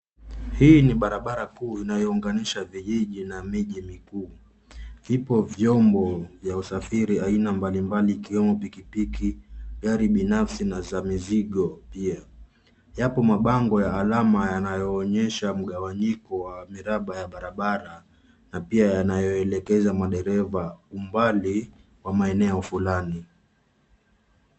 Hii ni barabara kuu inayounganisha vijiji na miji mikuu. Vipo vyombo vya usafiri aina mbalimbali ikiwemo pikipiki, gari binafsi na za mizigo pia. Yapo mabango ya alama yanayoonyesha mgawanyiko wa miraba ya barabara na pia yanayoelekeza madereva umbali wa maeneo fulani.